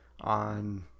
on